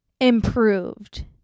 improved